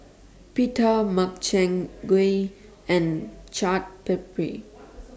Pita Makchang Gui and Chaat Papri